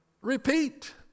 repeat